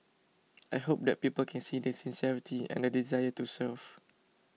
I hope that people can see the sincerity and the desire to serve